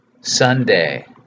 Sunday